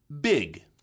Big